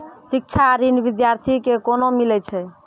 शिक्षा ऋण बिद्यार्थी के कोना मिलै छै?